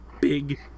big